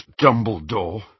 Dumbledore